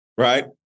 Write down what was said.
Right